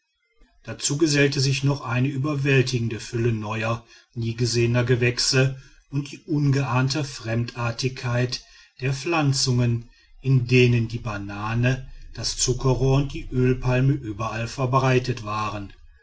dazu gesellte sich noch eine überwältigende fülle neuer nie gesehener gewächse und die ungeahnte fremdartigkeit der pflanzungen in denen die banane das zuckerrohr und die ölpalme überall verbreitet waren